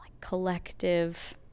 collective